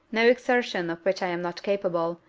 no exertion of which i am not capable,